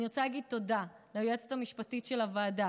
אני רוצה להגיד תודה ליועצת המשפטית של הוועדה